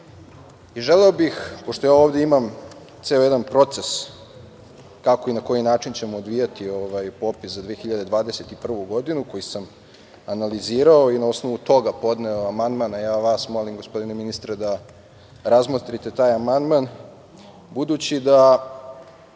i želeo bih, pošto ovde imam ceo jedan proces kako i na koji način će se odvijati popis za 2021. godinu, koji sam analizirao i na osnovu toga podneo amandman, a ja vas molim, gospodine ministre, da razmotrite taj amandman, budući da